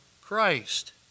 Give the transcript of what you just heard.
Christ